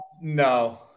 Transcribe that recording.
No